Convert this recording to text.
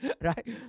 Right